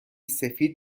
سفید